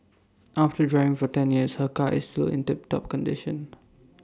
after driving for ten years her car is still in tip top condition